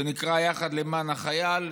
שנקרא "יחד למען החייל".